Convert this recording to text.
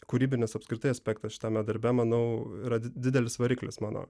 kūrybinis apskritai aspektas šitame darbe manau yra didelis variklis mano